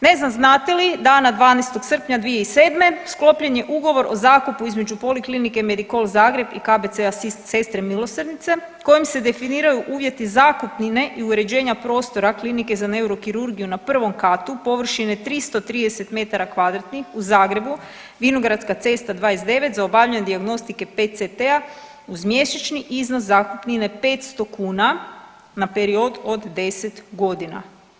Ne znam znate li dana 12. srpnja 2007. sklopljen je ugovor o zakupu između Poliklinike Medikol Zagreb i KBC-a Sestre milosrdnice kojom se definiraju uvjeti zakupnine i uređenja prostora za neurokirurgiju na prvom katu površine 330 m2 u Zagrebu, Vinogradska cesta 29 za obavljanje dijagnostike PETCT-a uz mjesečni iznos zakupnine 500 kuna na period od 10 godina.